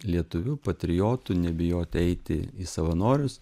lietuviu patriotu nebijoti eiti į savanorius